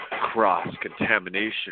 cross-contamination